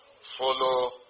follow